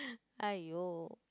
!aiyo!